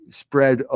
spread